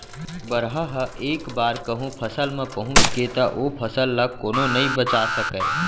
बरहा ह एक बार कहूँ फसल म पहुंच गे त ओ फसल ल कोनो नइ बचा सकय